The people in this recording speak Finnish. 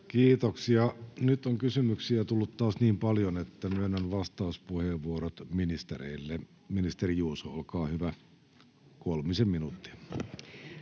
Kiitoksia. — Nyt on kysymyksiä tullut taas niin paljon, että myönnän vastauspuheenvuorot ministereille. — Ministeri Juuso, olkaa hyvä, kolmisen minuuttia.